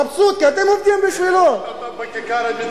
מבסוט, כי אתם עובדים בשבילו, בכיכר המדינה.